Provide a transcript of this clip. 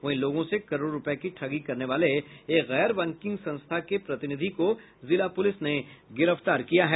वहीं लोगों से करोड़ो रूपये की ठगी करने वाले एक गैर बैंकिंग संस्था के प्रतिनिधि को जिला पुलिस ने गिरफ्तार किया है